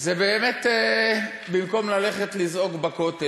זה באמת במקום ללכת לזעוק בכותל.